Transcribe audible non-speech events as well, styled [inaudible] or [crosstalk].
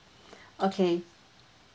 [breath] okay